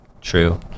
true